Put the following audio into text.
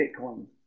Bitcoin